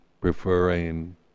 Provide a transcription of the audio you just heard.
preferring